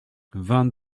vingt